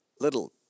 little